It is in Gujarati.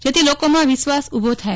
જેથી લોકોમાં વિશ્વાસ ઉભો થાય